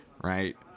right